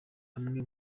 amwe